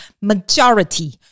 majority